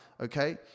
okay